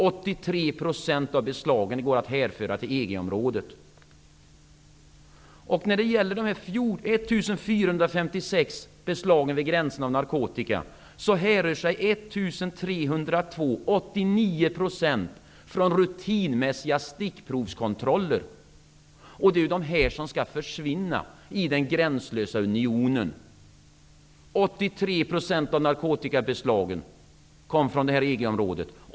83 % av beslagen går att hänföra till EG När det gäller dessa 1 456 beslag av narkotika vid gränserna gjordes 1 302, 89 %, i samband med rutinmässiga stickprovskontroller. Det är dessa kontroller som skall försvinna i den gränslösa unionen. 83 % av narkotikabeslagen går att hänföra till EG-området.